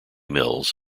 mills